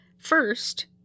First